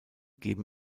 geben